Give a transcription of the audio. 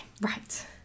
right